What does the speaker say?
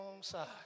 side